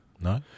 no